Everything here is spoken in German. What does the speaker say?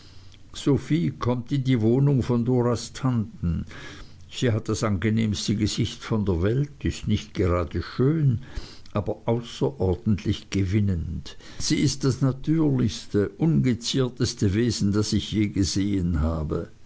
sophie kommt in die wohnung von doras tanten sie hat das angenehmste gesicht von der welt ist nicht gerade schön aber außerordentlich gewinnend sie ist das natürlichste freundlichste ungezierteste wesen das ich je gesehen habe